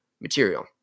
material